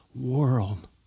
world